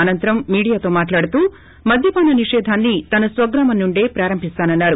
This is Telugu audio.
అనంతరం మీడియాతో మాట్లాడుతూ మద్యపాన నిషేధాన్ని తన స్వగ్రామం నుండే ప్రారంభిస్తానన్నారు